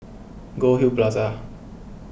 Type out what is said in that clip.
Goldhill Plaza